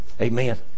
Amen